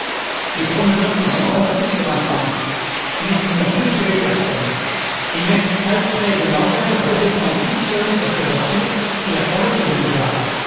les promeneurs se sont amassés sur un point mais ils n'ont plus trouvé personne et maître alfred l'ambert redescend tout seul vers sa voiture qui l'attendait au boulevard